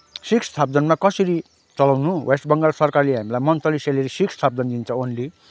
six थाउजन्डमा कसरी चलाउनु वेस्ट बङ्गाल सरकारले हामीलाई मन्थली स्यालेरी सिक्स थाउजन्ड दिन्छ ओन्ली